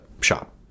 shop